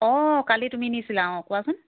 অঁ কালি তুমি নিছিলা অঁ কোৱাচোন